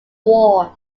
war